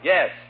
Yes